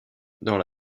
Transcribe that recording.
dans